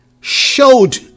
showed